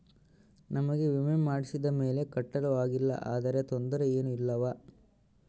ನಮಗೆ ವಿಮೆ ಮಾಡಿಸಿದ ಮೇಲೆ ಕಟ್ಟಲು ಆಗಿಲ್ಲ ಆದರೆ ತೊಂದರೆ ಏನು ಇಲ್ಲವಾ?